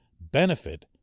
benefit